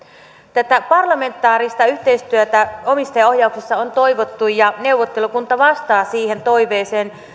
tätä parlamentaarista yhteistyötä omistajaohjauksessa on toivottu ja neuvottelukunta vastaa siihen toiveeseen